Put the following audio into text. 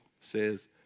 says